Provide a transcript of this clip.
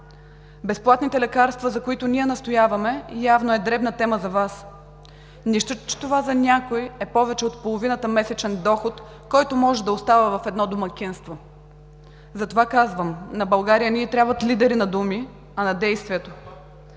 Безплатните лекарства, за които ние настояваме, явно е дребна тема за Вас, нищо че това за някои е повече от половината месечен доход, който може да остава в едно домакинство, затова казвам: на България не ѝ трябват лидери на думи, а на действието.